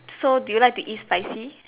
so do you like to eat spicy